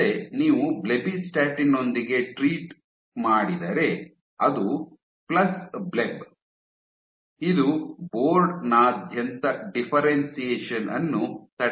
ಮತ್ತೆ ನೀವು ಬ್ಲೆಬಿಸ್ಟಾಟಿನ್ ನೊಂದಿಗೆ ಟ್ರೀಟ್ ನೀಡಿದರೆ ಅದು ಪ್ಲಸ್ ಬ್ಲೆಬ್ ಇದು ಬೋರ್ಡ್ ನಾದ್ಯಂತ ಡಿಫ್ಫೆರೆನ್ಶಿಯೇಶನ್ ಅನ್ನು ತಡೆಯುತ್ತದೆ